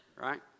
Right